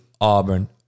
Auburn